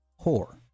whore